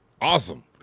Awesome